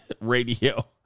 radio